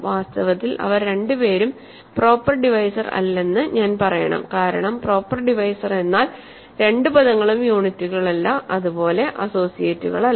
വാസ്തവത്തിൽ അവർ രണ്ടുപേരും പ്രോപ്പർ ഡിവൈസർ അല്ലെന്ന് ഞാൻ പറയണം കാരണം പ്രോപ്പർ ഡിവൈസർ എന്നാൽ രണ്ട് പദങ്ങളും യൂണിറ്റുകളല്ലഅതുപോലെ അസോസിയേറ്റുകളല്ല